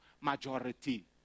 majority